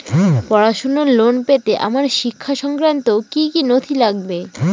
পড়াশুনোর লোন পেতে আমার শিক্ষা সংক্রান্ত কি কি নথি লাগবে?